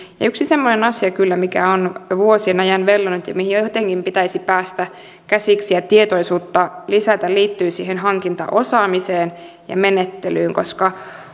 yksi semmoinen asia kyllä mikä on vuosien ajan vellonut ja mihin jotenkin pitäisi päästä käsiksi ja tietoisuutta lisätä liittyy siihen hankintaosaamiseen ja menettelyyn koska